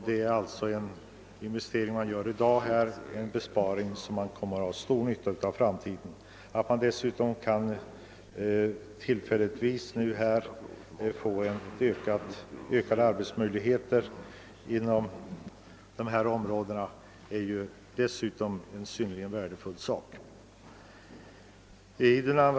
De investeringar vi gör i dag betyder alltså en besparing för framtiden. Att arbetsmöjligheterna inom dessa områden dessutom tillfälligt ökas är mycket betydelsefullt.